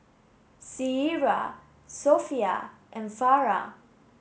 Syirah Sofea and Farah